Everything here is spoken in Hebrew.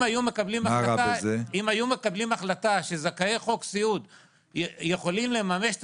אם היו מקבלים החלטה שזכאי חוק סיעוד יכולים לממש את